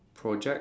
project